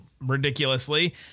ridiculously